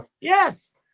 Yes